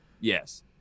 yes